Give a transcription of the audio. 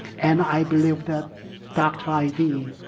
and i believe that dr. ivey,